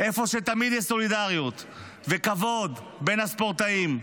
איפה שתמיד יש סולידריות וכבוד בין הספורטאים.